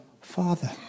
father